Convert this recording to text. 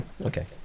Okay